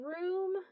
room